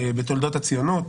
בתולדות הציונות,